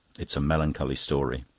it's a melancholy story.